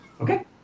Okay